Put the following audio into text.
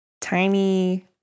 tiny